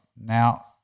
Now